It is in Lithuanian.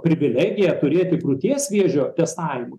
privilegiją turėti krūties vėžio testavimui